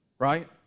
right